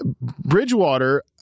Bridgewater